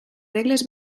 regles